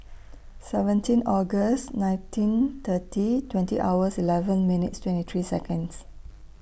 seventeen August nineteen thirty twenty hours eleven minutes twenty three Seconds